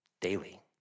daily